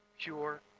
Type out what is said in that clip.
pure